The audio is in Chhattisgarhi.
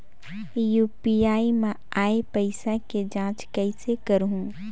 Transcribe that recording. यू.पी.आई मा आय पइसा के जांच कइसे करहूं?